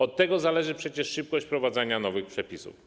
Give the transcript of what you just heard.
Od tego zależy przecież szybkość wprowadzania nowych przepisów.